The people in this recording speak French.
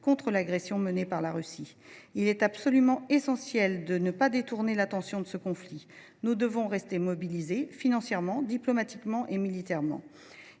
contre l’agression menée par la Russie. Il est absolument essentiel de ne pas détourner l’attention de ce conflit. Nous devons rester mobilisés financièrement, diplomatiquement et militairement.